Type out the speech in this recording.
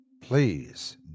Please